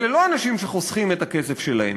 אלה לא אנשים שחוסכים את הכסף שלהם.